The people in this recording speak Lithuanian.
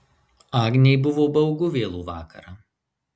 agnei buvo baugu vėlų vakarą